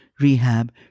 rehab